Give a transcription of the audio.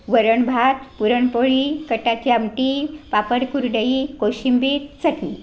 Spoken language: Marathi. वरण भात पुरणपोळी कटाची आमटी पापड कुरडई कोशिंबीर चटणी